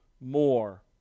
more